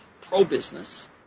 pro-business